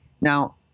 Now